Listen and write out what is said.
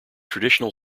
traditional